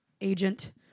agent